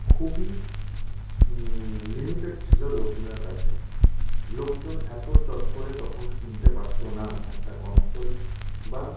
খুবই লিমিটেড ছিল লোকজনের কাছে লোকজন এত চট করে তখন কিনতে পারত না একটা কনসোল বা